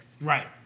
Right